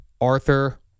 Arthur